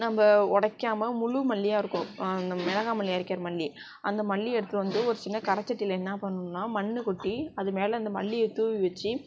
நம்ப உடைக்காம முழு மல்லியாக இருக்கும் நம்ம மிளகா மல்லி அரைக்கிற மல்லி அந்த மல்லியை எடுத்துகிட்டு வந்து ஒரு சின்ன கரச்சட்டியில் என்ன பண்ணும்னா மண்ணு கொட்டி அது மேலே இந்த மல்லியை தூவி வச்சு